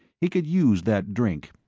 he could use that drink.